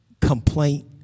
complaint